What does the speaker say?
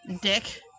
Dick